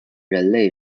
人类